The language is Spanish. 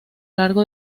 largo